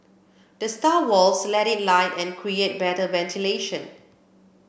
the stair walls let in light and create better ventilation